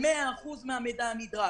ל-100% מהמידע הנדרש,